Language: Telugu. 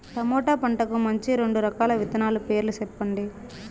టమోటా పంటకు మంచి రెండు రకాల విత్తనాల పేర్లు సెప్పండి